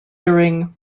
during